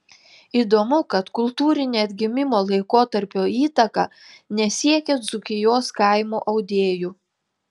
įdomu kad kultūrinė atgimimo laikotarpio įtaka nesiekė dzūkijos kaimo audėjų